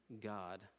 God